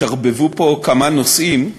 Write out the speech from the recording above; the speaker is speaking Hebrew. התערבבו פה כמה נושאים.